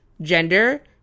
gender